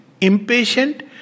Impatient